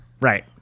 Right